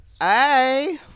Hey